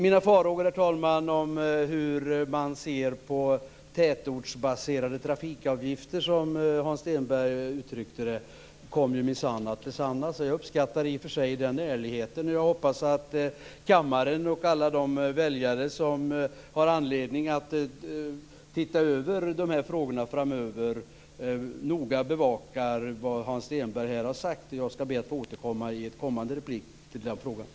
Mina farhågor när det gäller hur man ser på tätortsbaserade trafikavgifter - som Hans Stenberg uttryckte det - kom ju minsann att besannas. Jag uppskattar i och för sig den ärligheten. Jag hoppas att kammaren och alla de väljare som har anledning att titta på de här frågorna framöver noga bevakar vad Hans Stenberg här har sagt. Jag skall be att få återkomma till den frågan i en kommande replik.